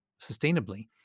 sustainably